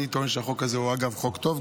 אני טוען שהחוק הזה הוא חוק טוב,